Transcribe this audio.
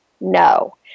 no